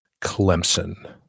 Clemson